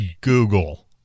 google